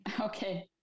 Okay